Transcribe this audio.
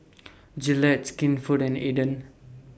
Gillette Skinfood and Aden